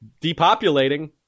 Depopulating